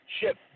ship